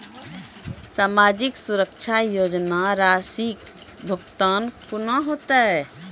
समाजिक सुरक्षा योजना राशिक भुगतान कूना हेतै?